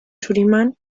surinam